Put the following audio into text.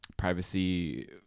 privacy